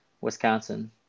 Wisconsin